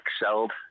excelled